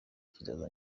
kizaza